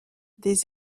des